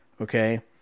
okay